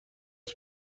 دست